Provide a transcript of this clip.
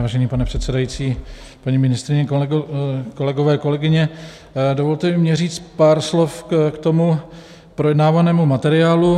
Vážený pane předsedající, paní ministryně, kolegové, kolegyně, dovolte i mně říct pár slov k tomu projednávanému materiálu.